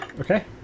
Okay